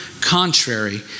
contrary